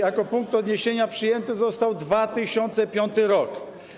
Jako punkt odniesienia przyjęty został 2005 r.